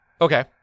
Okay